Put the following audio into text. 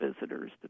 visitors